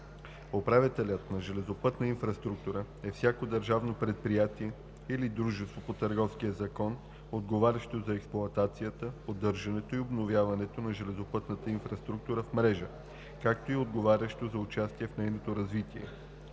„Управител на железопътна инфраструктура“ е всяко държавно предприятие или дружество по Търговския закон, отговарящо за експлоатацията, поддържането и обновяването на железопътната инфраструктура в мрежа, както и отговарящо за участието в нейното развитие,